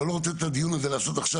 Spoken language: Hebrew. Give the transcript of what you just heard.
אני לא רוצה את הדיון הזה לעשות עכשיו,